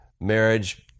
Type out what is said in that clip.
marriage